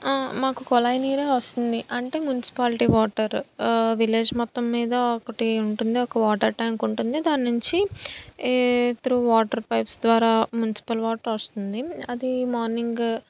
మాకు కొళాయి నీరే వస్తుంది అంటే మున్స్పాలిటీ వాటర్ విలేజ్ మొత్తం మీద ఒకటి ఉంటుంది ఒక వాటర్ ట్యాంక్ ఉంటుంది దాని నుంచి ఏ త్రూ వాటర్ పైప్స్ ద్వారా మున్సిపల్ వాటర్ వస్తుంది అది మార్నింగ్